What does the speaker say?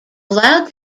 allowed